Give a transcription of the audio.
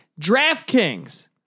DraftKings